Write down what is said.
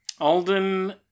Alden